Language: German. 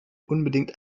unbedingt